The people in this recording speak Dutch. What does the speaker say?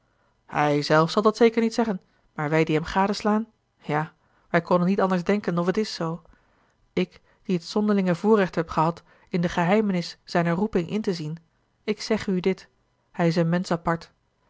hij zelf zal dat zeker niet zeggen maar wij die hem gadeslaan ja wij konnen niet anders denken of het is zoo ik die het zonderlinge voorrecht heb gehad in de geheimenis zijner roeping in te zien ik zegge u dit hij is een mensch apart